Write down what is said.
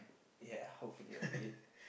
ya hopefully I read